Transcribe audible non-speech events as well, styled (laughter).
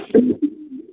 (unintelligible)